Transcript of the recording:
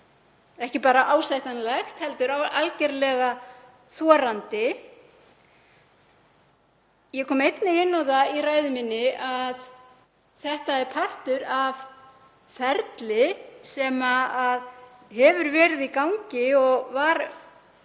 ekki bara ásættanlegt heldur algerlega þorandi. Ég kom einnig inn á það í ræðu minni að þetta væri partur af ferli sem hefði verið í gangi allt